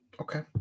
Okay